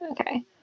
Okay